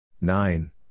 Nine